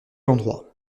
l’endroit